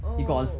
oh